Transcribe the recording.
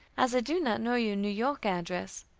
as i do not know your new york address.